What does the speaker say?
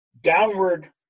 downward